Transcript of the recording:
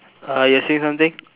uh you're saying something